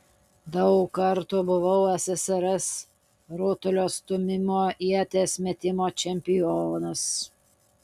daug kartų buvau ssrs rutulio stūmimo ieties metimo čempionas